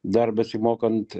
dar besimokant